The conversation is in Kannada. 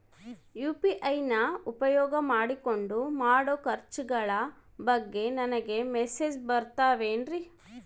ಯು.ಪಿ.ಐ ನ ಉಪಯೋಗ ಮಾಡಿಕೊಂಡು ಮಾಡೋ ಖರ್ಚುಗಳ ಬಗ್ಗೆ ನನಗೆ ಮೆಸೇಜ್ ಬರುತ್ತಾವೇನ್ರಿ?